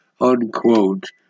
unquote